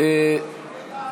הדבר.